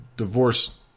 divorce